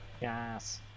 Yes